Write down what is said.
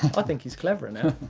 i think he's cleverer now.